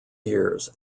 years